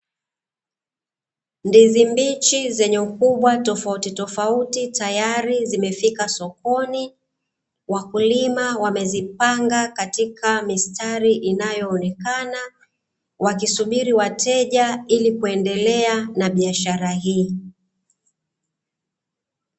Ndizi mbichi zenye ukubwa tofautitofauti tayari zimefika sokoni, wakulima wamezipanga katika mistari inayoonekana, wakisubiri wateja ili kuendelea na biashara hii.